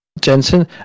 Jensen